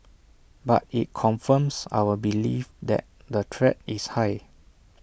but IT confirms our belief that the threat is high